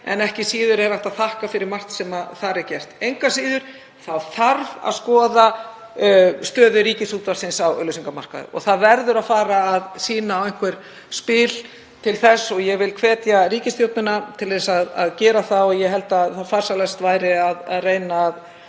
en ekki síður er hægt að þakka fyrir margt sem þar er gert. Engu að síður þarf að skoða stöðu Ríkisútvarpsins á auglýsingamarkaði og það verður að fara að sýna á einhver spil þar. Ég vil hvetja ríkisstjórnina til að gera það og ég held að farsælast væri að reyna að